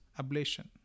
ablation